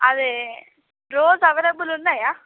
అదే rose available ఉన్నాయా